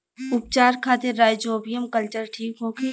उपचार खातिर rhizobium culture ठीक होखे?